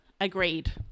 agreed